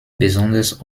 besonders